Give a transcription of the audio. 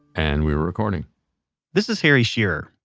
and we're recording this is harry shearer.